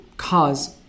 cause